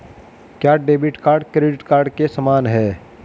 क्या debit card credit card के समान है?